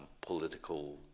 political